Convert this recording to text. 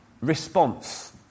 response